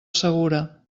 segura